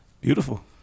Beautiful